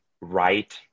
right